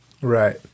Right